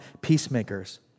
peacemakers